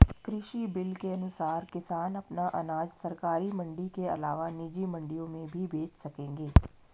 कृषि बिल के अनुसार किसान अपना अनाज सरकारी मंडी के अलावा निजी मंडियों में भी बेच सकेंगे